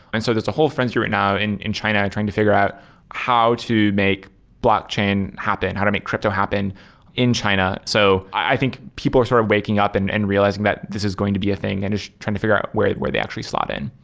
and so there's a whole frenzy right now in in china and trying to fi gure out how to make blockchain happen. and how to make crypto happen in china? so i think people are sort of waking up and realizing that this is going to be a thing and trying to fi gure out where where they actually slot in.